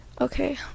okay